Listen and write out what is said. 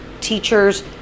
teachers